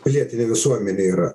pilietinė visuomenė yra